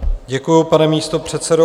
Děkuji, pane místopředsedo.